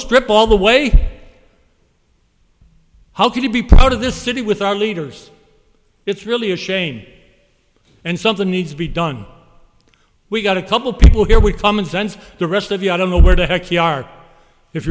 strip all the way how can you be provided the city with our leaders it's really a shame and something needs to be done we got a couple people here with common sense the rest love you i don't know where the heck er if